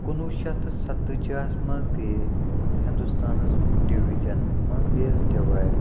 کُنہٕ وُہ شٮ۪تھ تہٕ سَتٲجی ہَس منٛز گٔیے ہندوستانَس ڈِوِجَن منٛز گٔیَس ڈِوایڈ